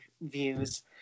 views